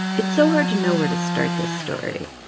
it's so hard to know where to start this story.